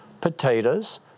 potatoes